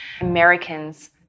Americans